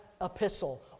epistle